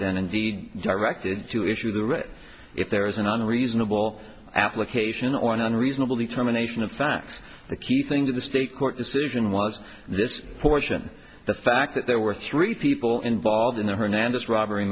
indeed directed to issue the writ if there is an unreasonable application or an unreasonable determination of facts the key thing to the state court decision was this portion the fact that there were three people involved in the hernandez robbery